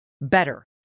better